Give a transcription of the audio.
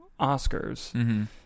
Oscars